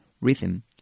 rhythm